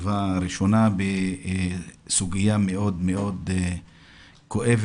ישיבה ראשונה בסוגיה מאוד מאוד כואבת,